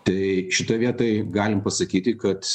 tai šitoj vietoj galim pasakyti kad